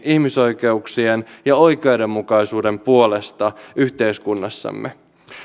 ihmisoikeuksien ja oikeudenmukaisuuden puolesta yhteiskunnassamme